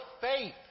faith